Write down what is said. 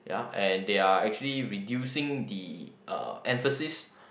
uh and they are actually reducing the uh emphasis